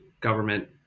government